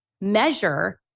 measure